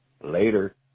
later